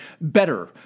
better